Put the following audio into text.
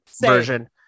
version